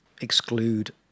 exclude